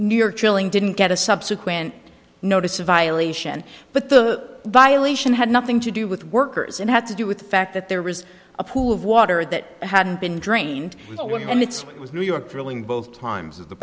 york chilling didn't get a subsequent notice a violation but the violation had nothing to do with workers it had to do with the fact that there was a pool of water that hadn't been drained and that's what was new york filling both times of the